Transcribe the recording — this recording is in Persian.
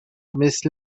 مثل